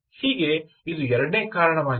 ಹೀಗೆ ಇದು ಎರಡನೇ ಕಾರಣವಾಗಿದೆ